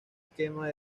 esquema